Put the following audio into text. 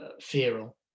feral